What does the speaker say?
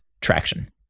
traction